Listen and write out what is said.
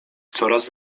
coraz